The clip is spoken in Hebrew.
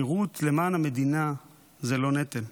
שירות למען המדינה זה לא נטל.